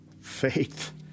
faith—